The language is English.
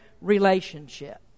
relationship